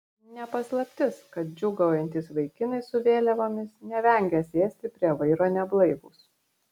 ne paslaptis kad džiūgaujantys vaikinai su vėliavomis nevengia sėsti prie vairo neblaivūs